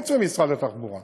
חוץ ממשרד התחבורה: